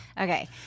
Okay